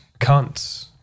cunts